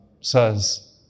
says